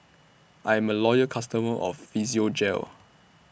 I'm A Loyal customer of Physiogel